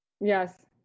Yes